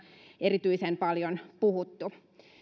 erityisen paljon puhuttu